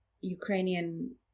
Ukrainian